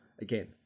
again